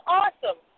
awesome